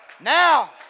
Now